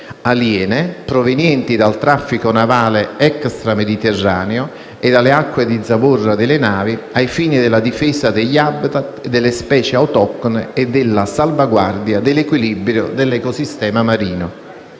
aliene, provenienti dal traffico navale extra Mediterraneo e dalle acque di zavorra delle navi, ai fini della difesa degli *habitat*, delle specie autoctone e della salvaguardia dell'equilibrio dell'ecosistema marino.